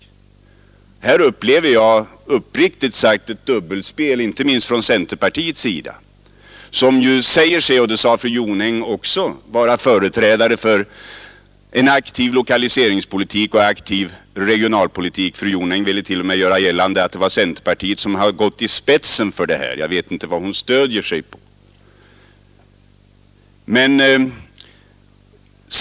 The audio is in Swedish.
Och då upplever jag, uppriktigt sagt, ett dubbelspel inte minst från centerpartiets sida, som ju säger sig vara företrädare för en aktiv lokaliseringspolitik och aktiv regionalpolitik — fru Jonäng gjorde t.o.m. gällande att det var centerpartiet som gått i spetsen för denna politik. Jag vet inte vad hon då stöder sig på.